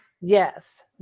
Yes